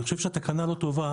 אם התקנה לא טובה,